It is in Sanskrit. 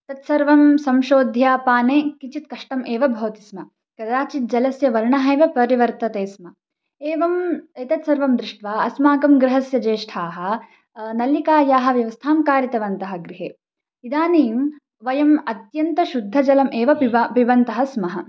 तत् सर्वं संशोध्य पाने किञ्चित् कष्टम् एव भवति स्म कदाचित् जलस्य वर्णः एव परिवर्तते स्म एवम् एतत् सर्वं दृष्ट्वा अस्माकं गृहस्य ज्येष्ठाः नलिकायाः व्यवस्थां कारितवन्तः गृहे इदानीं वयम् अत्यन्तशुद्धजलम् एव पिबन्तः पिबन्तः स्मः